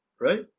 right